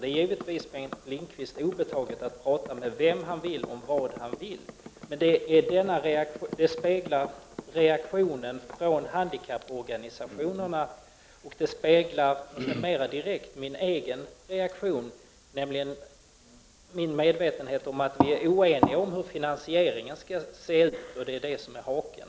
Det är givetvis Bengt Lindqvist obetaget att prata med vem han vill om vad han vill, men det jag har sagt speglar mera direkt reaktionerna från handikapporganisationerna och mina egna reaktioner, nämligen min medvetenhet om att vi är oeniga om hur finansieringen skall se ut. Det är detta som är haken!